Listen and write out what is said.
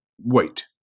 Wait